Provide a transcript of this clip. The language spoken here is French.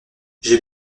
j’ai